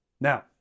Now